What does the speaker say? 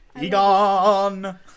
Egon